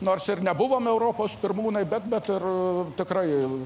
nors ir nebuvom europos pirmūnai bet bet ir tikrai